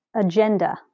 agenda